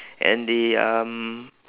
and the um